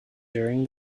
during